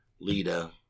Lita